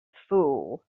fool